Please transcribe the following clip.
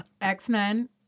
X-Men